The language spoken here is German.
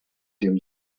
dem